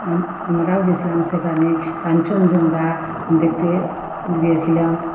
আম আমরাও গেছিলাম সেখানে কাঞ্চনজঙ্ঘা দেখতে গিয়েছিলাম